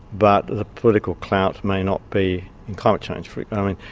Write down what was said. but the political clout may not be in climate change, for